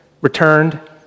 returned